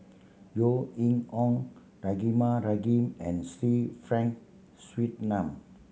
Yeo Ning Hong Rahimah Rahim and Sir Frank Swettenham